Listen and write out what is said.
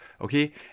okay